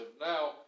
Now